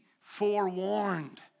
forewarned